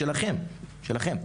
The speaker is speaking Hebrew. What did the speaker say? שלכם,